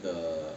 the